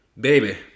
baby